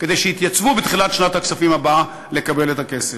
כדי שיתייצבו בתחילת שנת הכספים הבאה לקבל את הכסף.